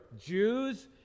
Jews